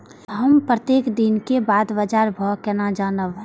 हम प्रत्येक दिन के बाद बाजार भाव केना जानब?